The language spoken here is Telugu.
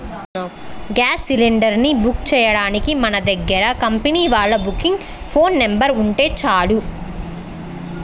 గ్యాస్ సిలిండర్ ని బుక్ చెయ్యడానికి మన దగ్గర కంపెనీ వాళ్ళ బుకింగ్ ఫోన్ నెంబర్ ఉంటే చాలు